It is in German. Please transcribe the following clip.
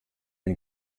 ein